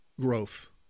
growth